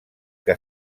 que